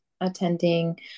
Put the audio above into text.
attending